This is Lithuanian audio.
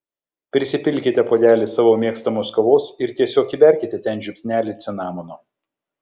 prisipilkite puodelį savo mėgstamos kavos ir tiesiog įberkite ten žiupsnelį cinamono